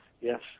Yes